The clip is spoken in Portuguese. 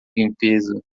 limpeza